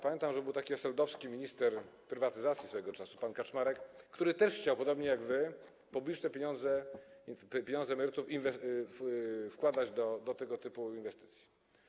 Pamiętam, że był taki eseldowski minister prywatyzacji swego czasu, pan Kaczmarek, który też chciał, podobnie jak wy, publiczne pieniądze emerytów wkładać do tego typu inwestycji.